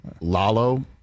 Lalo